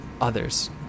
others